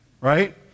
right